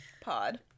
pod